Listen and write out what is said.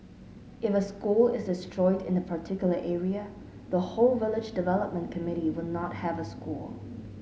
if a school is destroyed in a particular area the whole village development committee will not have a school